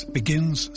begins